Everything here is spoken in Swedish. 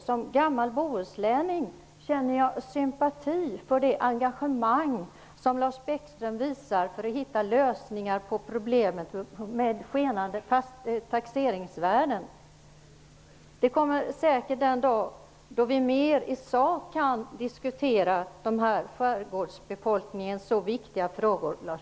Som gammal bohuslänning känner jag sympati för det engagemang som Lars Bäckström visar för att hitta lösningar på problemet med skenande taxeringsvärden. Det kommer säkert en dag när vi mer i sak kan diskutera dessa för skärgårdsbefolkningen så viktiga frågor, Lars